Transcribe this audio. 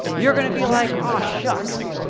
you're gonna be like, aw, shucks,